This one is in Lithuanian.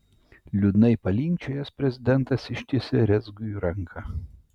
liūdnai palinkčiojęs prezidentas ištiesė rezgiui ranką